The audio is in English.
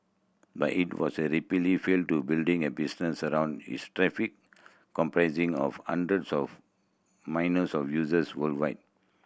but it was repeatedly failed to building a business around its traffic comprising of hundreds of of users worldwide